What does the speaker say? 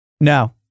No